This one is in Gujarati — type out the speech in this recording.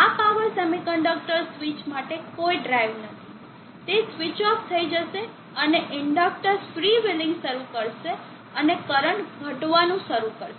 આ પાવર સેમી કન્ડક્ટર સ્વીચ માટે કોઈ ડ્રાઇવ નથી તે સ્વીચ ઓફ થઈ જશે અને ઇન્ડકટર ફ્રી વ્હિલિંગ શરૂ કરશે અને કરંટ ઘટવાનું શરૂ કરશે